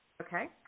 Okay